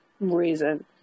reason